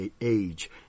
age